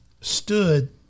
stood